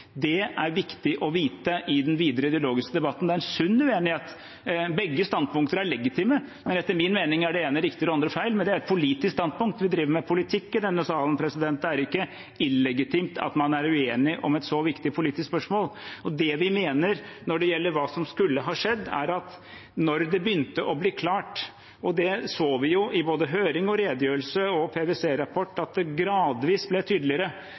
Det er viktig å vite i den videre ideologiske debatten. Det er en sunn uenighet. Begge standpunkter er legitime. Etter min mening er det ene riktig og det andre feil, men det er et politisk standpunkt. Vi driver med politikk i denne salen. Det er ikke illegitimt at man er uenig om et så viktig politisk spørsmål. Det vi mener når det gjelder hva som skulle ha skjedd, er at da det begynte å bli klart – vi så i både høring, redegjørelse og PwC-rapport at det gradvis ble tydeligere